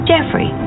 Jeffrey